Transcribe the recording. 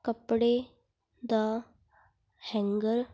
ਕੱਪੜੇ ਦਾ ਹੈਂਗਰ